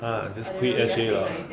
!huh! just quit S_J lah